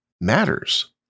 matters